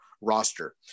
roster